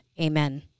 amen